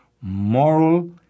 moral